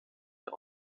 der